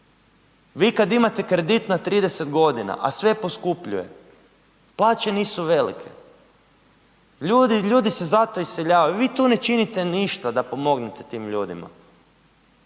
Vi kad imate kredit na 30 godina, a sve poskupljuje, plaće nisu velike, ljudi se zato iseljavaju. Vi tu ne činite ništa da pomognete tim ljudima.